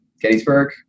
Gettysburg